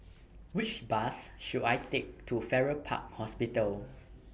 Which Bus should I Take to Farrer Park Hospital